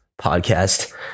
podcast